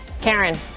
Karen